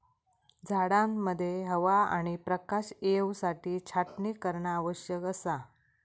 झाडांमध्ये हवा आणि प्रकाश येवसाठी छाटणी करणा आवश्यक असा